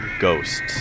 ghosts